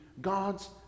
God's